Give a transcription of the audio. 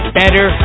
better